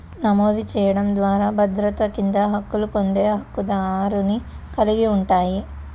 నమోదు చేయడం ద్వారా భద్రత కింద హక్కులు పొందే హక్కుదారుని కలిగి ఉంటాయి,